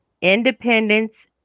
Independence